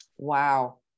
Wow